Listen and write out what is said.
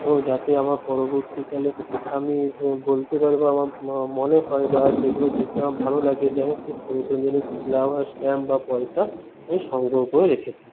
এবং যাতে আমার পরবর্তীকালে আমি বলতে পারবো আমার মনে হয় বা সেগুলো দেখলে আমার ভালো লাগে যে আমি খুব নতুন জিনিস শিলা বা স্ট্যাম্প বা পয়সা আমি সংগ্রহ করে রেখেছি